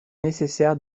nécessaire